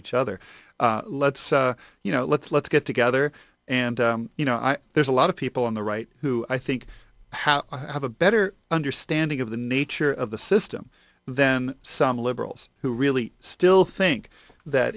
each other let's you know let's let's get together and you know i there's a lot of people on the right who i think how i have a better understanding of the nature of the system then some liberals who really still think that